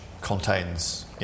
contains